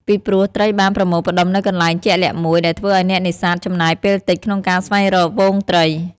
ពីព្រោះ ត្រីបានប្រមូលផ្តុំនៅកន្លែងជាក់លាក់មួយ ដែលធ្វើឱ្យអ្នកនេសាទចំណាយពេលតិចក្នុងការស្វែងរកហ្វូងត្រី។